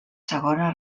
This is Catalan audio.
segona